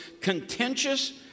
contentious